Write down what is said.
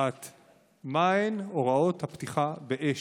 1. מהן הוראות הפתיחה באש?